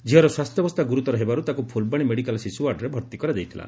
ଝିଅର ସ୍ୱାସ୍ସ୍ୟାବସ୍ରା ଗୁରୁତର ହେବାରୁ ତାକୁ ଫୁଲବାଣୀ ମେଡ଼ିକାଲ ଶିଶୁ ୱାର୍ଡରେ ଭର୍ତି କରାଯାଇଥିଲା